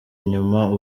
inyuma